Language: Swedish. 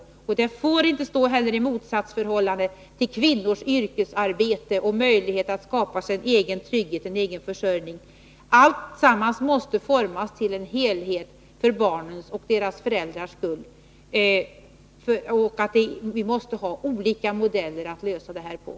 Hur vi löser barnomsorgen för dem får inte stå i motsatsförhållande till kvinnors möjligheter när det gäller att yrkesarbeta och att skapa sig en egen trygghet och försörjning. Alltsammans måste formas till en helhet för barnens och deras föräldrars skull, och vi måste då ha olika modeller för att lösa detta.